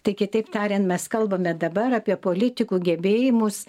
tai kitaip tariant mes kalbame dabar apie politikų gebėjimus